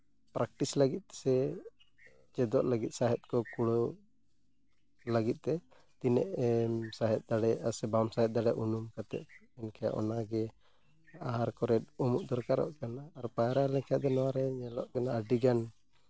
practice ᱞᱟᱹᱜᱤᱫ ᱥᱮ ᱪᱮᱫᱚᱜ ᱞᱟᱹᱜᱤᱫ ᱥᱟᱦᱮᱸᱫ ᱠᱚ ᱠᱩᱲᱟᱹᱣ ᱞᱟᱹᱜᱤᱫ ᱛᱮ ᱛᱤᱱᱟᱹᱜ ᱮᱢ ᱥᱟᱦᱮᱸᱫ ᱫᱟᱲᱮᱭᱟᱜᱼᱟ ᱥᱮ ᱵᱟᱢ ᱥᱟᱦᱮᱸᱫ ᱫᱟᱲᱮᱟᱜᱼᱟ ᱩᱱᱩᱢ ᱠᱟᱛᱮᱫ ᱢᱮᱱᱠᱷᱟᱱ ᱚᱱᱟᱜᱮ ᱟᱦᱟᱨ ᱠᱚᱨᱮᱜ ᱩᱢᱩᱜ ᱫᱚᱨᱠᱟᱨᱚᱜ ᱠᱟᱱᱟ ᱟᱨ ᱛᱟᱦᱮᱸ ᱞᱮᱱᱠᱷᱟᱱ ᱫᱚ ᱱᱚᱣᱟᱨᱮ ᱧᱮᱞᱚᱜ ᱠᱟᱱᱟ ᱟᱹᱰᱤᱜᱟᱱ